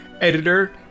editor